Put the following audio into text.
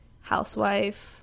housewife